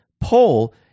poll